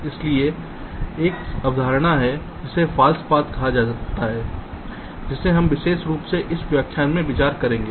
इसलिए एक अवधारणा है जिसे फॉल्स पाथ कहा जाता है जिसे हम विशेष रूप से इस व्याख्यान में विचार करेंगे